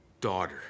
Daughter